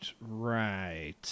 Right